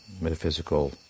metaphysical